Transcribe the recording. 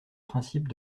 principe